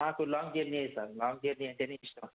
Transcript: నాకు long journey ఏ sir long journey అంటేనే ఇష్టం